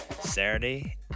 Saturday